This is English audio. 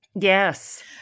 Yes